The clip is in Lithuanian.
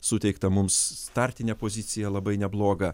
suteikta mums startine pozicija labai nebloga